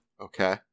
Okay